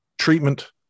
treatment